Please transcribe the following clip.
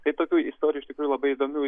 tai tokių istorijų iš tikrųjų labai įdomių